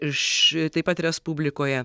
iš taip pat respublikoje